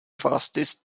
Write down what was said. fastest